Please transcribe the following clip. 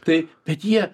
tai bet jie